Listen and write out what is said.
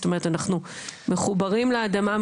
זאת אומרת מחוברים לאדמה,